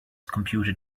computed